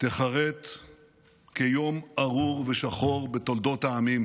תיחרת כיום ארור ושחור בתולדות העמים,